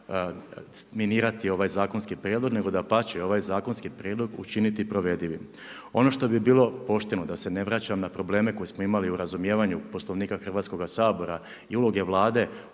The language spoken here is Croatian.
bila minirati ovaj zakonske prijedloge, nego dapače, ovaj zakonski prijedlog učiniti provedivom. Ono što bi bilo pošteno, da se ne vraćam na probleme koje smo imali u razumijevanju Poslovnika Hrvatskog sabora i uloga Vlade